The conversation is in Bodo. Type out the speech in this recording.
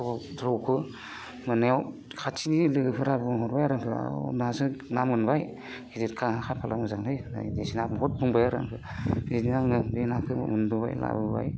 खौ रौखौ मोननायाव खाथिनि लोगोफोरा बुंहरबाय आरो आंखौ नोंहासो ना मोनबाय गिदिरखा खाफाला मोजांलै होनना बायदिसिना बहुत बुंबाय आरो आंखौ बिदिनो आङो बे नाखौ मोनबोबाय लाबोबाय